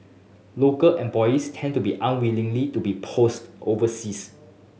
local employees tend to be unwillingly to be post overseas